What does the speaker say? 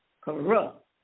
corrupt